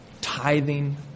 tithing